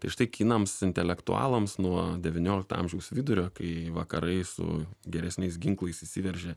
tai štai kinams intelektualams nuo devyniolikto amžiaus vidurio kai vakarai su geresniais ginklais įsiveržė